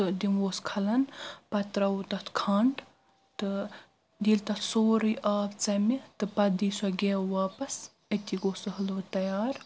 تہٕ دِمہوس کھلن پتہٕ ترٛاوو تتھ کھنٛڈ تہٕ ییٚلہِ تتھ سورُے آب ژمہِ تہٕ پتہِ دِی سۄ گٮ۪و واپس أتی گوٚو سُہ حلوٕ تیار